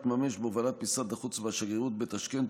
בהובלת משרד החוץ והשגרירות בטשקנט,